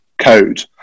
code